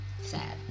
sad